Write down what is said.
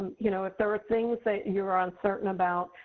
you know if there are things that you're uncertain about,